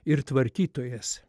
ir tvarkytojas